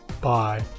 Bye